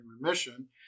remission